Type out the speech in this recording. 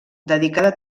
dedicada